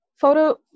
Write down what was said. photo